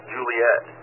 Juliet